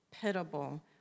Pitiable